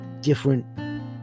different